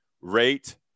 rate